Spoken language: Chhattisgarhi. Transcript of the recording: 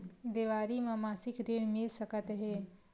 देवारी म मासिक ऋण मिल सकत हे?